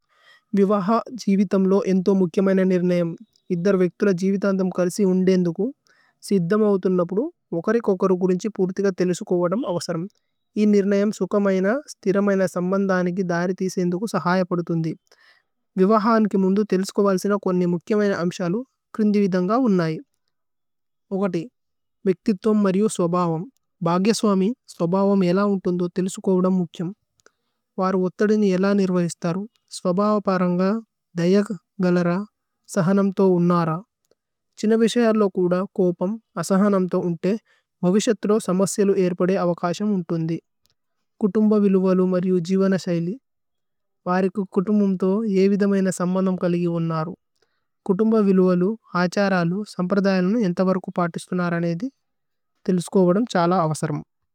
വിവ ഹ ജിവിതമ് ലോ ഏന്ഥോ മുക്കിമഏനന് നിര്നയമ്। ഇദ്ദര് വേക്തു ല ജിവിതന്ദമ് കരസി ഉന്ദേ ഏന്ദുകു। സിദ്ധമ് ഔതുന്ന് അപ്ദു ഉകരി കോകോ രുകുരുന് ഛീ പുരുതിക തേലിസുകോവദമ് അവസരമ്। ഇന് നിര്നയമ് സുകമയന, സ്തിരമയന സമ്ബന്ദന കി ദരിതി ഇസേ ഏന്ദുകു സഹയ പദുതുന്ദി। വിവ ഹാന് കിമുന്ദു തേലിസുകോവല്സിന കോന്നി മുക്കിമഏന് അമ്ശലു ക്രിന്ദ്ജിവിദന്ഗ ഉന്നയമ്। ഓകതേ, മേക്തിഥോമ് മര്യു സ്വബഹമ്। ഭ്ഹഗേസ്വമി സ്വബഹമ് ഏലന്ഗുതുന്ദു തേലിസുകോവദമ് മുക്കിമ്। വാര് ഉത്തദിനി ഏലന്ഗ് നിര്വൈസ്തരു സ്വബഹപരന്ഗ ദയഗ് ഗലര സഹനമ്ഥോ ഉന്നര। ഛ്ഹിനവിശയര് ലോ കുദ കോപമ് അസഹനമ്ഥോ ഉന്ത്തേ മ്വവിശത്രു സമസ്യ ലു ഏര്പദേ അവകശമ് ഉന്തുന്ദി। കുതുമ്ബവിലുവലു മര്യു ജിവ നശയിലി। വാരിക്കു കുതുമ്ബുമ്ഥോ യേവിദമയന സമ്ബന്ദമ് കലിഗി ഉന്നര। കുതുമ്ബവിലുവലു, അഛരലു, സമ്പ്രദയലുന് ഏന്ഥവരുകു പാതിസ്തുന്നര നേദി। സ് തേലിസുകോവദമ് ഛല അവസരമ്।